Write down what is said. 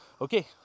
Okay